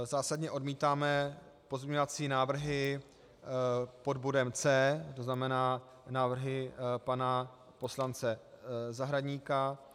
Zásadně odmítáme pozměňovací návrhy pod bodem C, to znamená návrhy pana poslance Zahradníka.